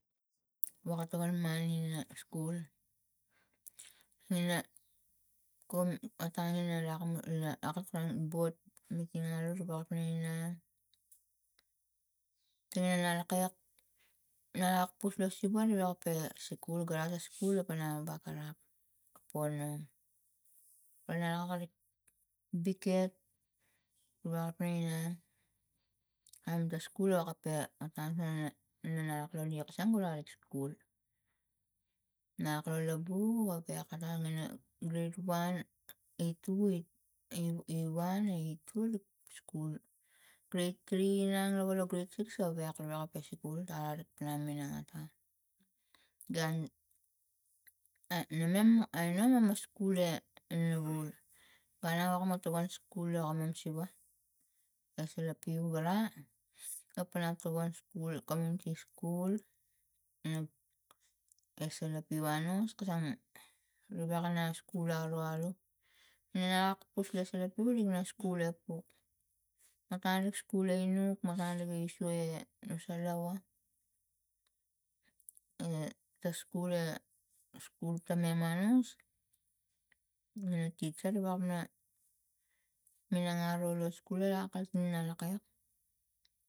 Woka tawan mani ina skul ina kum otang lo ina lakamo lak lak la bot miting alus la kalapang ina tingin na lak. lok kek napus lo siva nu wakgo pe a si skul gara skul apana bakarap we kalapang ina biket wewak kalapang ina an ta skul akape a otang sana nana wawek atang ina grade one e two. e one. e two i skul grade three inang ro lak la grade six awek giva apa si skul ta pana inang atang gun na mem a skul e nonovaul guna mata tokon skul lo akam siva asala pewa gara a pana to a skul komuniti skul esala pewana kasana gawek ana skul alo aro nanak kus lo su lo ul ikna kuslo su epuk ma praiwat skul e inuk matang niga isua e nusa lava e ta skul e skul tama manus na tisa ma kalapang ina minang aro lo skul a kalapang ina lak kai.